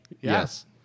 Yes